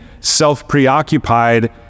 self-preoccupied